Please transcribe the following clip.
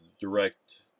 direct